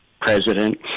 president